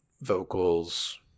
vocals